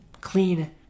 clean